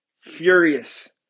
furious